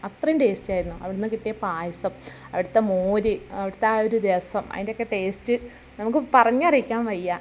അത്രയും ടേസ്റ്റിയായിരുന്നു അവിടെ നിന്ന് കിട്ടിയ പായസം അവിടുത്തെ മോര് അവിടുത്തെ ആ ഒരു രസം അതിൻ്റെയൊക്കെ ടേസ്റ്റ് നമുക്ക് പറഞ്ഞറിയിക്കാൻ വയ്യ